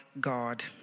God